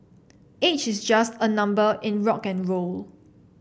age is just a number in rock N roll